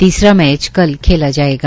तीसरा मैच कल खेला जायेगा